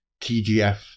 tgf